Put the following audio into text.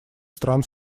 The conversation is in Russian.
стран